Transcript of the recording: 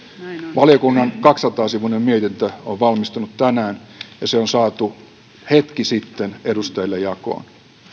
valiokunnan kaksisataa sivuinen mietintö on valmistunut tänään ja se on saatu hetki sitten edustajille jakoon